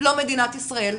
לא מדינת ישראל.